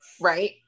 Right